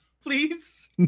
Please